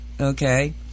okay